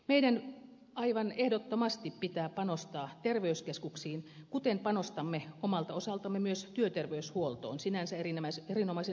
meidän aivan ehdottomasti pitää panostaa terveyskeskuksiin kuten panostamme omalta osaltamme myös työterveyshuoltoon sinänsä erinomaisen hyvään